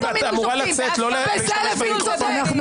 זה לא נקרא אפליה מתקנת.